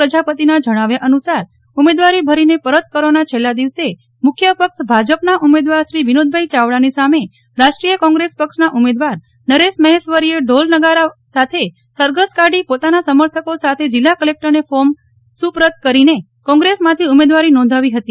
પ્રજાપતિ ના જણાવ્યા અનુસાર ઉમેદવારી ભરીને પરત કરવાના છેલ્લા દિવસે મુખ્ય પક્ષ ભાજપ ના ઉમેદવાર શ્રી વિનોદભાઈ ચાવડા ની સામે રાષ્ટ્રીય કોંગ્રેસ પક્ષના ઉમેદવાર નરેશ મહેશ્વરીએ ઢોલ નગારા વડે સરઘસ કાઢી પોતાના સમર્થકો સાથે જીલ્લા કલેકટરને ફોર્મ સુપ્રત કરી કોન્પ્રેસ્સ માંથી ઉમેદવારી નોંધાવી હતી